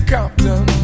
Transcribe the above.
Compton